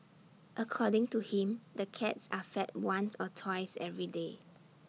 according to him the cats are fed once or twice every day